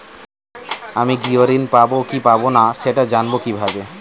আমি গৃহ ঋণ পাবো কি পাবো না সেটা জানবো কিভাবে?